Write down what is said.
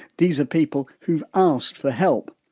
these are people who've asked for help.